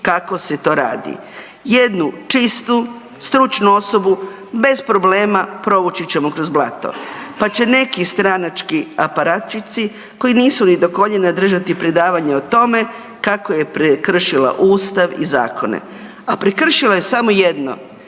kako se to radi. Jednu čistu stručnu osobu bez problema provući ćemo kroz blato, pa će neki stranački aparatici koji nisu ni do koljena držati predavanje o tome kako je prekršila ustav i zakone. A prekršila je samo jedno,